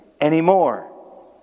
anymore